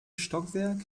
stockwerk